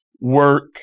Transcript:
Work